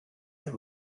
are